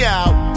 out